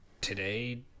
Today